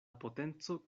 potenco